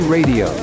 Radio